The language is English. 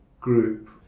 group